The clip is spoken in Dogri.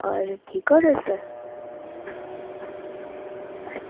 होर ठीक ओ तुस